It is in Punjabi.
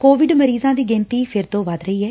ਕੋਵਿਡ ਮਰੀਜ਼ਾਂ ਦੀ ਗਿਣਤੀ ਫਿਰ ਤੋਂ ਵੱਧ ਰਹੀ ਐ